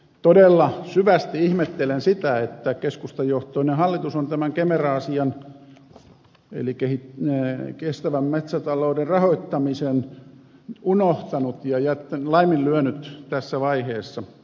todella syvästi ihmettelen sitä että keskustajohtoinen hallitus on tämän kemera asian eli kestävän metsätalouden rahoittamisen unohtanut ja laiminlyönyt tässä vaiheessa